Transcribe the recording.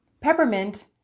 peppermint